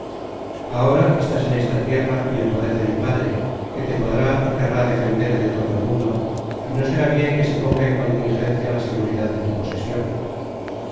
ahora estás en esta tierra y en poder de mi padre que te podrá y querra defender de todo el mundo y no será bien que se ponga en contingencia la seguridad de tu posesion